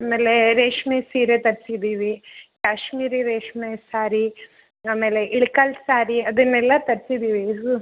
ಆಮೇಲೆ ರೇಷ್ಮೆ ಸೀರೆ ತರ್ಸಿದ್ದೀವಿ ಕಾಶ್ಮೀರಿ ರೇಷ್ಮೆ ಸಾರಿ ಆಮೇಲೆ ಇಳ್ಕಲ್ ಸಾರಿ ಅದನ್ನೆಲ್ಲ ತರ್ಸಿದ್ದೀವಿ